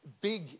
big